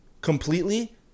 completely